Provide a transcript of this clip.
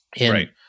Right